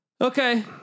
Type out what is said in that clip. okay